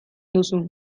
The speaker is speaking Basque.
duzu